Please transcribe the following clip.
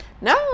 no